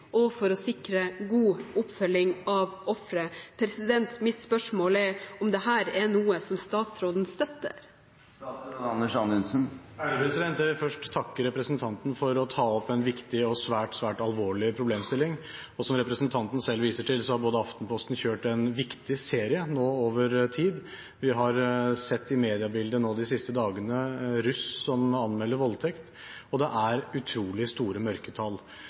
og for å sikre god oppfølging av ofre. Mitt spørsmål er om dette er noe som statsråden støtter. Jeg vil først takke representanten for å ta opp en viktig og svært alvorlig problemstilling. Som representanten selv viser til, har Aftenposten nå kjørt en viktig serie over tid. Vi har sett i mediebildet de siste dagene russ som anmelder voldtekt, og det er utrolig store mørketall.